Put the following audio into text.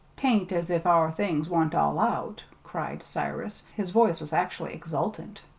t ain't as if our things wan't all out, cried cyrus his voice was actually exultant.